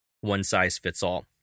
one-size-fits-all